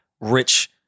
rich